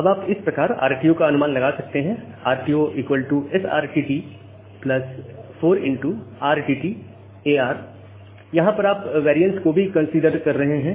अब आप इस प्रकार RTO का अनुमान लगा सकते हैं RTO SRTT 4XRTTAR आप यहां पर वैरियन्स को भी कंसीडर कर रहे हैं